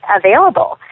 available